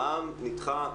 המע"מ נדחה.